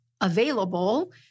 available